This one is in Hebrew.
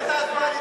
הצבעה,